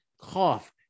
cough